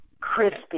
Crispy